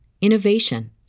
innovation